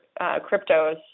cryptos